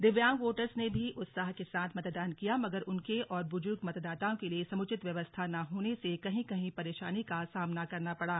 दिव्यांग वोटर्स ने भी उत्साह के साथ मतदान किया मगर उनके और बुजुर्ग मतदाओं के लिए समुचित व्यवस्था न होने से कहीं कहीं परेशानी का सामना करना पड़ा